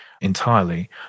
entirely